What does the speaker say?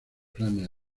planes